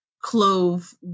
clove